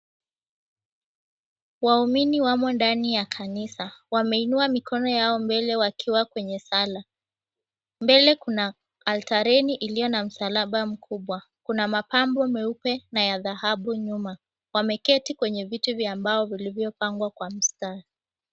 Waumini wamo ndani ya kanisa wameinua mikono yao mbele wakiwa kwenye sala mbele kuna altareni iliyo na msalaba mkubwa. Kuna mapambo meupe na ya dhahabu nyuma. Wameketi kwenye viti vya mbao vilivyopangwa kwa mstari.